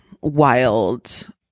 wild